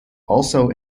also